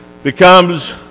becomes